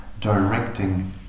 directing